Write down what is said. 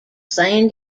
san